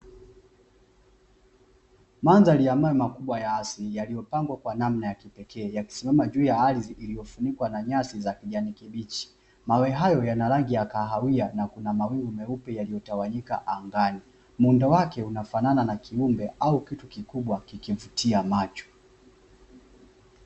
Mandhari ya mawe makubwa ya asili yaliyopangwa kwa namna ya kipekee yakisimama juu ya ardhi iliyofunikwa na nyasi za kijani kibichi. Mawe hayo yana rangi ya kahawia na kuna mawili meupe yaliyotawanyika angani, muundo wake unafanana na kiumbe au kitu kikubwa kikivutia kwa macho.